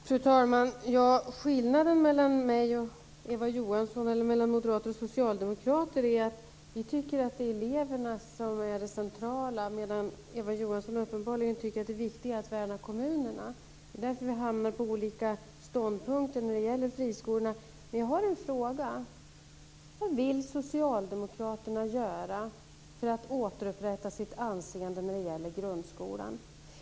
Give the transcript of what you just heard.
Fru talman! Skillnaden mellan mig och Eva Johansson eller mellan moderater och socialdemokrater är att vi tycker att det är eleverna som är det centrala, medan Eva Johansson uppenbarligen tycker att det viktiga är att värna kommunerna. Det är därför som vi hamnar på olika ståndpunkter när det gäller friskolorna. Jag har en fråga: Vad vill socialdemokraterna göra för att återupprätta sitt anseende när det gäller grundskolan?